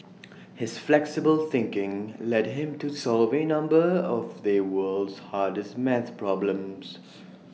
his flexible thinking led him to solve A number of the world's hardest math problems